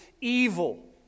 evil